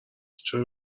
چرا